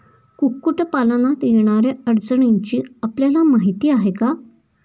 कुक्कुटपालनात येणाऱ्या अडचणींची आपल्याला माहिती आहे का?